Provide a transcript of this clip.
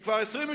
היא כבר 26,